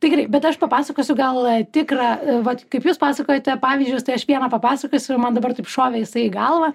tai gerai bet aš papasakosiu gal tikrą vat kaip jūs pasakojote pavyzdžius tai aš vieną papasakosiu man dabar taip šovė jisai į galvą